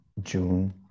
June